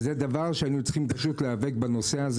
זה דבר שהיינו צריכים להיאבק בו.